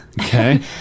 okay